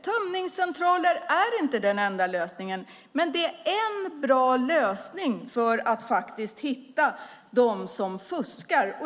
Tömningscentraler är inte den enda lösningen, men det är en bra lösning för att hitta dem som fuskar.